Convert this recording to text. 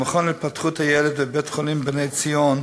המכון להתפתחות הילד בבית-חולים "בני ציון"